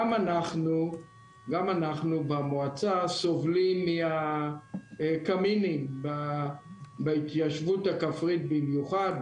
גם אנחנו במועצה סובלים מהקמינים בהתיישבות הכפרית במיוחד.